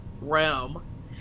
realm